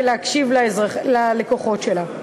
ולהקשיב ללקוחות שלה.